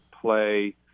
play